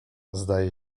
zdaje